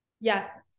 Yes